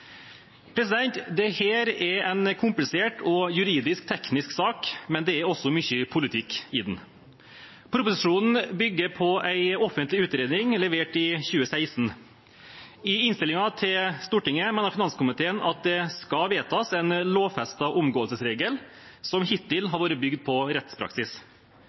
men det er også mye politikk i den. Proposisjonen bygger på en offentlig utredning levert i 2016. I innstillingen til Stortinget mener finanskomiteen at det skal vedtas en lovfestet omgåelsesregel som hittil har vært bygd på rettspraksis.